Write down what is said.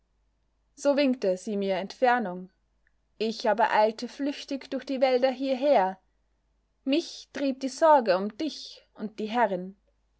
so winkte sie mir entfernung ich aber eilte flüchtig durch die wälder hierher mich trieb die sorge um dich und die herrin